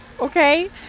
okay